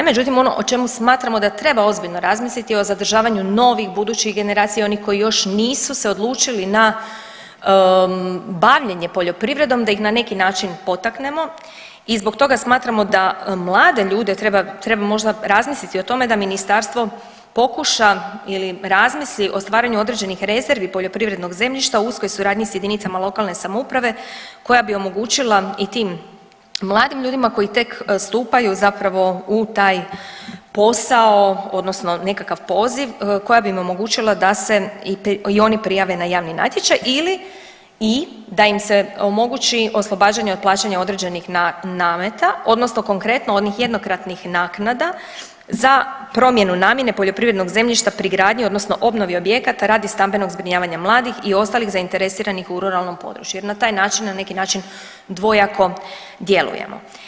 Međutim, ono o čemu smatramo da treba ozbiljno razmisliti o zadržavanju novih budućih generacija, onih koji još nisu se odlučili na bavljenje poljoprivredom da ih na neki način potaknemo i zbog toga smatramo da mlade ljude treba, treba možda razmisliti o tome da ministarstvo pokuša ili razmisli o stvaranju određenih rezervi u uskoj suradnji s jedinicama lokalne samouprave koja bi omogućila i tim mladim ljudima koji tek stupaju u taj posao odnosno nekakav poziv, koja bi im omogućila da se i oni prijave na javni natječaj ili i da im se omogući oslobađanje od plaćanja određenih nameta odnosno konkretno onih jednokratnih naknada za promjenu namjene poljoprivrednog zemljišta pri gradi odnosno obnovi objekata radi stambenog zbrinjavanja mladih i ostalih zainteresiranih u ruralnom području jer na taj način, na neki način dvojako djelujemo.